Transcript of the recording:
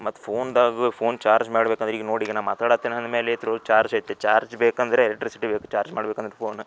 ಮತ್ತು ಫೋನ್ದಾಗ phone charge ಮಾಡ್ಬೇಕಂದ್ರೆ ಈಗ ನೋಡಿ ನಾನು ಮಾತಾಡತ್ತೀನಿ ಅಂದ್ಮೇಲೆದ್ರು ಚಾರ್ಜ್ ಐತಿ ಚಾರ್ಜ್ ಬೇಕೆಂದ್ರೆ ಎಲೆಕ್ಟ್ರಿಸಿಟಿ ಬೇಕು ಚಾರ್ಜ್ ಮಾಡಬೇಕಂದ್ರೆ ಫೋನ